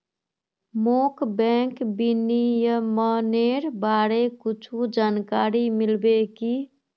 मोक बैंक विनियमनेर बारे कुछु जानकारी मिल्बे की